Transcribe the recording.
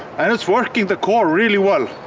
and it's working the core really well.